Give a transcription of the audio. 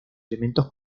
elementos